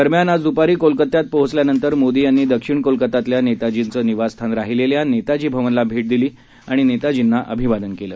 दरम्यान आज दूपारी कोलकात्यात पोहोचल्यानंतर मोदी यांनी दक्षिण कोलकात्यातल्या नेताजींचं निवासस्थान राहिलेल्या नेताजी भवन ला भेट दिली आणि नेताजींना अभिवादन केलं